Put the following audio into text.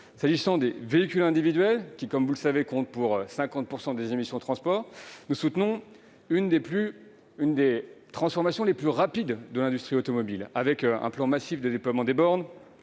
concerne les véhicules individuels, qui émettent, vous le savez, 50 % des émissions liées aux transports, nous soutenons l'une des transformations les plus rapides de l'industrie automobile, avec un plan massif de déploiement des bornes,